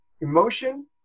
emotion